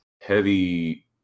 heavy